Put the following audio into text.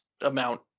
amount